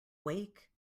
wake